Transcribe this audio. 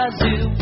zoo